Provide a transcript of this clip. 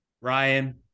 Ryan